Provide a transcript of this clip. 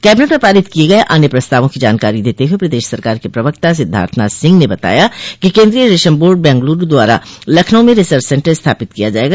cabinet में पारित किये गये अन्य प्रस्तावों की जानकारी देते हुए प्रदेश सरकार के प्रवक्ता सिद्धार्थनाथ सिंह ने बताया कि केन्द्रीय रेशम बोर्ड बैंगलुरू द्वारा लखनऊ में रिसर्च सन्टर स्थापित किया जायेगा